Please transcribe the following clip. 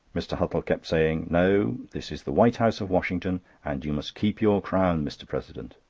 mr. huttle kept saying no, this is the white house of washington, and you must keep your crown, mr. president.